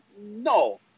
no